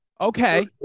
Okay